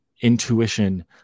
intuition